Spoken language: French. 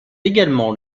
également